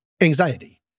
anxiety